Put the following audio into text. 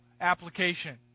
application